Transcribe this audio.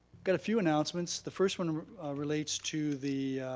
got a few announcements. the first one relates to the